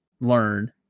learn